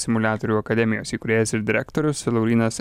simuliatorių akademijos įkūrėjas ir direktorius laurynas